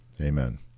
amen